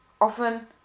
Often